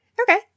Okay